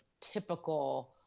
typical